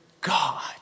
God